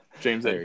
James